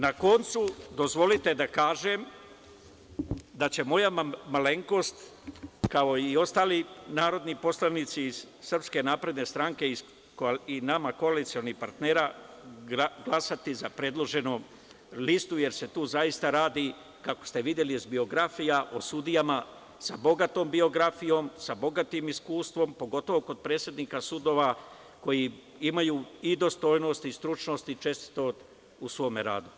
Na koncu, dozvolite da kažem da će moja malenkost, kao i ostali narodni poslanici iz SNS i nama koalicionih partnera glasati za predloženu listu, jer se tu zaista radi, kako ste videli iz biografija, o sudijama sa bogatom biografijom, sa bogatim iskustvom, pogotovo kod predsednika sudova koji imaju i dostojnost i stručnost i čestitost u svom radu.